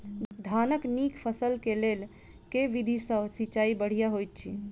धानक नीक फसल केँ लेल केँ विधि सँ सिंचाई बढ़िया होइत अछि?